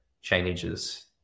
changes